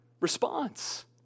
response